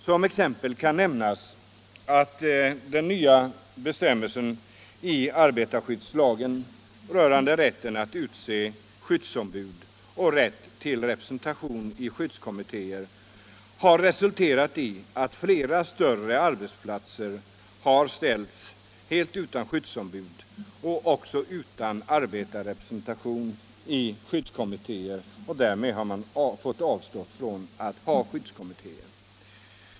Som exempel kan nämnas att de nya bestämmelserna i arbetarskyddslagen rörande rätten att utse skyddsombud och rätt till representation i skyddskommittéer har resulterat i att Nera större arbetsplatser helt ställts utan skyddsombud och även utan arbetarrepresentation i skyddskommittéer. Detta har lett till att man fått avstå från att ha sådana kommittéer.